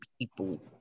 people